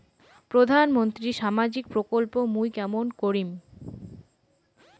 প্রধান মন্ত্রীর সামাজিক প্রকল্প মুই কেমন করিম?